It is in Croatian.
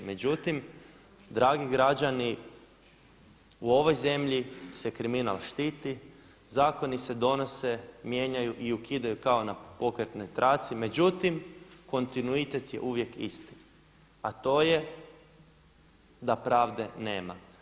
Međutim dragi građani u ovoj zemlji se kriminal štiti, zakoni se donose, mijenjaju i ukidaju kao na pokretnoj traci, međutim kontinuitet je uvijek isti, a to je da pravde nema.